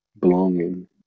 belonging